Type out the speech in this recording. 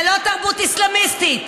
זה לא תרבות אסלאמיסטית.